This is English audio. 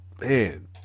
man